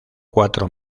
cuatro